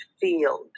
field